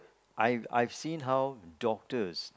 I've I've seen how doctors